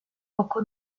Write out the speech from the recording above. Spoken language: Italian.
poco